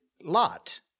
Lot